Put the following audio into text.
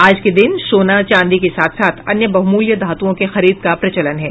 आज के दिन सोना चांदी के साथ साथ अन्य बहुमूल्य धातुओं की खरीद का प्रचलन है